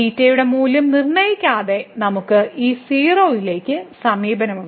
തീറ്റയുടെ മൂല്യം നിർണ്ണയിക്കാതെ നമുക്ക് ഈ 0 ലേക്ക് സമീപനമുണ്ട്